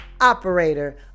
operator